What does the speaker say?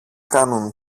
κάνουν